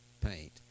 paint